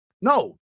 No